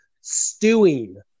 stewing